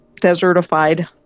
desertified